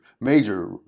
major